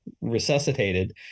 resuscitated